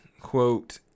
quote